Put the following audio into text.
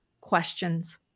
questions